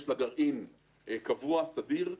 יש לה גרעין קבוע, סדיר,